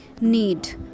need